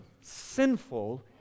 sinful